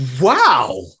Wow